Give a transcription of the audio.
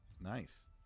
Nice